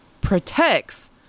protects